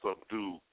subdue